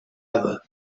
other